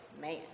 Man